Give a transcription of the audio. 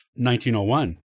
1901